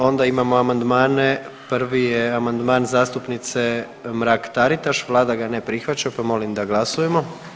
Onda imamo amandmane, prvi je amandman zastupnice Mrak Taritaš, vlada ga ne prihvaća pa molim da glasujemo.